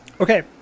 okay